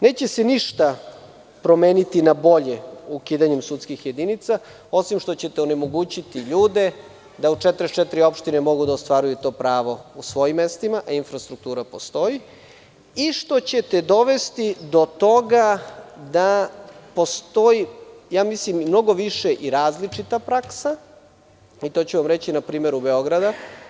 Neće se ništa promeniti na bolje ukidanjem sudskih jedinica, osim što ćete onemogućiti ljude da u 44 opštine mogu da ostvaruju to pravo u svojim mestima, a infrastruktura postoji, i što ćete dovesti do toga da postoji mnogo više različita praksa, to ću vam reći na primeru Beograda.